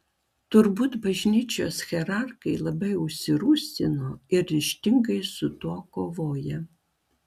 turbūt bažnyčios hierarchai labai užsirūstino ir ryžtingai su tuo kovoja